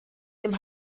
dem